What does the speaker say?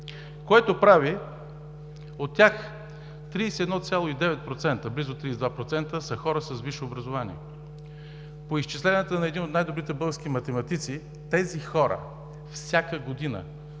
си граждани. От тях 31,9%, близо 32%, са хора с висше образование. По изчисленията на един от най-добрите български математици тези хора всяка година